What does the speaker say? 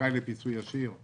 כזכאי לפיצוי ישיר,